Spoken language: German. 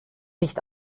nicht